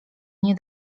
nie